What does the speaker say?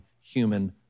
human